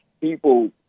people